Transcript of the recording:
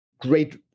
Great